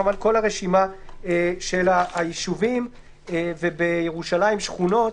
זאת הרשימה של הישובים ובירושלים שכונות.